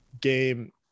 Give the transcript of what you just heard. game